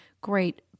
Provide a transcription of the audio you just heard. great